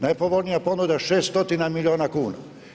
Najpovoljnija ponuda 6 stotina milijuna kuna.